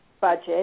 budget